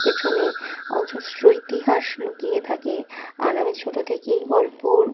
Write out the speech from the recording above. পিছনে অজস্র ইতিহাস লুকিয়ে থাকে আর আমি ছোটো থেকেই গল্প